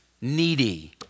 needy